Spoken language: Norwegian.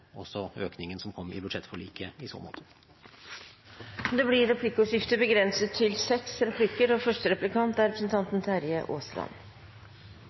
økningen som kom i budsjettforliket i så måte. Det blir replikkordskifte.